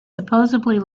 supposedly